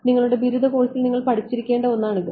നിങ്ങളുടെ ബിരുദ കോഴ്സിൽ നിങ്ങൾ പഠിച്ചിരിക്കേണ്ട ഒന്നാണിത്